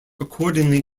accordingly